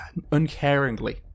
uncaringly